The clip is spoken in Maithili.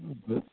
ठीक छै